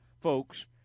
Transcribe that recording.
folks